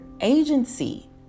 agency